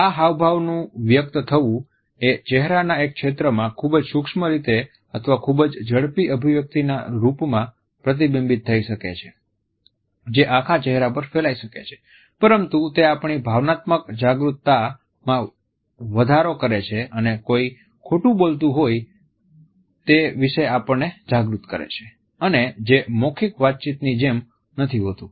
આ હાવભાવનું વ્યક્ત થવું એ ચહેરાના એક ક્ષેત્રમાં ખૂબ જ સૂક્ષ્મ રીતે અથવા ખૂબ જ ઝડપી અભિવ્યક્તિના રૂપમાં પ્રતિબિંબિત થઈ શકે છે જે આખા ચહેરા પર ફેલાઈ શકે છે પરંતુ તે આપણી ભાવનાત્મક જાગૃતતા માં વધારો કરે છે અને કોઈ ખોટું બોલતું હોઈ તે વિશે આપણને જાગૃત કરે છે અને જે મૌખિક વાતચીતની જેમ હોતું નથી